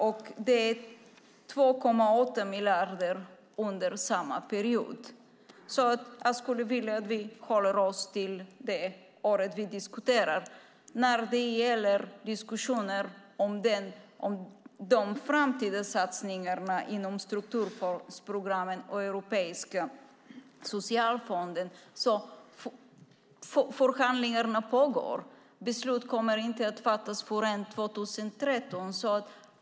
Det är 2,8 miljarder under samma period. Jag skulle vilja att vi håller oss till det år vi diskuterar. När det gäller diskussionen om de framtida satsningarna inom strukturfondsprogrammen i den europeiska socialfonden pågår förhandlingarna. Beslut kommer inte att fattas förrän 2013.